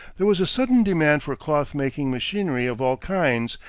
there was a sudden demand for cloth-making machinery of all kinds,